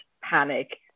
panic